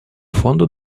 фонду